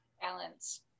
balance